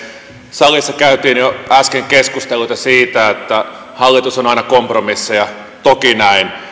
salissa käytiin jo äsken keskusteluita siitä että hallitus tekee aina kompromisseja toki näin on